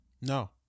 No